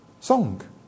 song